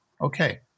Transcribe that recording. Okay